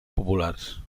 populars